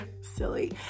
silly